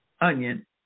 Onion